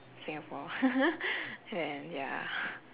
singapore and ya